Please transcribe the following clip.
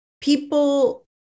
people